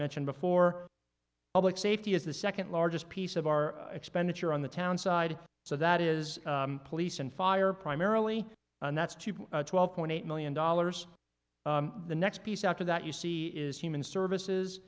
mentioned before public safety is the second largest piece of our expenditure on the town side so that is police and fire primarily and that's twelve point eight million dollars the next piece after that you see is human services